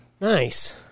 Nice